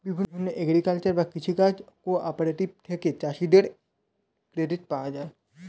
বিভিন্ন এগ্রিকালচারাল বা কৃষি কাজ কোঅপারেটিভ থেকে চাষীদের ক্রেডিট পাওয়া যায়